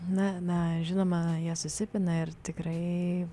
na na žinoma jie susipina ir tikrai